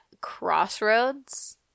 crossroads